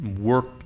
work